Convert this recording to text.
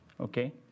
Okay